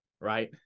right